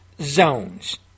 Zones